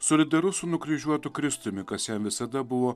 solidarus su nukryžiuotu kristumi kas jam visada buvo